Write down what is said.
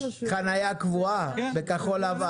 חנייה קבועה בכחול לבן.